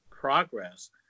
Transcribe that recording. progress